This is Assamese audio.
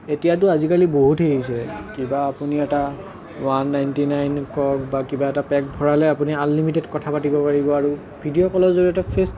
এতিয়াতো আজিকালি বহুত হেৰি হৈছে কিবা আপুনি এটা ওৱান নাইনটি নাইন কওক বা কিবা এটা পেক ভৰালেই আপুনি আনলিমিটেড কথা পাতিব পাৰিব আৰু ভিডিঅ' কলৰ জৰিয়তে ফেচ